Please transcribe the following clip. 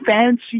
fancy